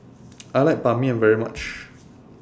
I like Ban Mian very much